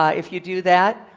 ah if you do that,